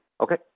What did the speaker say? Okay